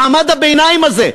מעמד הביניים הזה?